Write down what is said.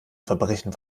verbrechen